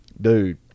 dude